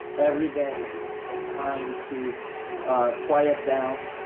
everyday time to ah quiet down,